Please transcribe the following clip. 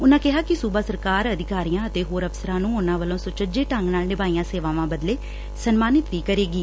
ਉਨੂਾਂ ਕਿਹਾ ਕਿ ਸੂਬਾ ਸਰਕਾਰ ਅਧਿਕਾਰੀਆਂ ਅਤੇ ਹੋਰ ਅਫਸਰਾਂ ਨੂੰ ਉਨੂਾਂ ਵੱਲੋਂ ਸੁਚੱਜੇ ਢੰਗ ਨਾਲ ਨਿਭਾਈਆਂ ਸੇਵਾਵਾਂ ਬਦਲੇ ਸਨਮਾਨਿਤ ਵੀ ਕਰੇਗੀ